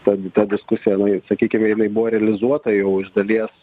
pradėta diskusija sakykime jinai buvo realizuota jau iš dalies